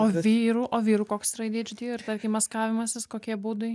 o vyrų o vyrų koks yra adhd ir tarkim maskavimasis kokie būdai